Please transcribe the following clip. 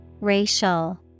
Racial